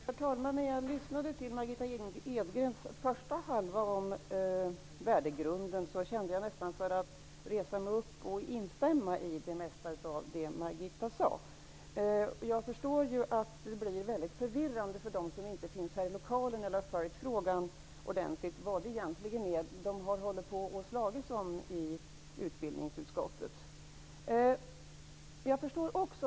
Herr talman! När jag lyssnade till den första halvan av Margitta Edgrens anförande som handlade om värdegrunden kände jag nästan för att resa mig upp och instämma i det mesta av det Margitta Edgren sade. Jag förstår att det blir väldigt förvirrande för dem som inte finns här i lokalen eller har följt frågan ordentligt. Vad är det egentligen de har slagits om i utbildningsutskottet?